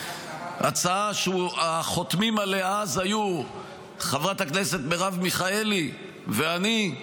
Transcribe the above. הצעה שהחותמים עליה אז היו חברת הכנסת מרב מיכאלי ואני.